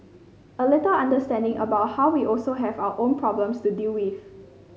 a little understanding about how we also have our own problems to deal with